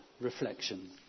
reflection